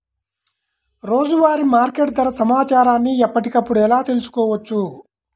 రోజువారీ మార్కెట్ ధర సమాచారాన్ని ఎప్పటికప్పుడు ఎలా తెలుసుకోవచ్చు?